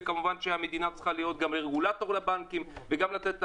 כמובן שהמדינה צריכה להיות גם רגולטור לבנקים וגם לתת הקלות.